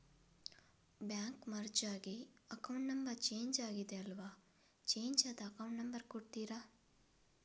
Bank merge ಆಗಿ account number change ಆಗಿದೆ ಅಲ್ವಾ, ಚೇಂಜ್ ಆದ ಅಕೌಂಟ್ ನಂಬರ್ ಕೊಡ್ತೀರಾ?